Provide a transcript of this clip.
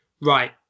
Right